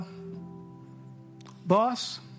boss